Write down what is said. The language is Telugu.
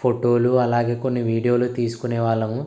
ఫోటోలు అలాగే కొన్ని వీడియోలు తీసుకునే వాళ్ళము